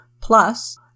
Plus